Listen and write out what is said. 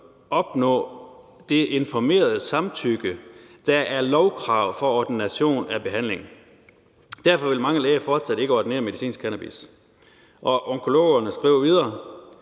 opnå det informerede samtykke, der er et lovkrav for ordination af behandling. Derfor vil mange læger fortsat ikke ordinere medicinsk cannabis.« Onkologerne »finder,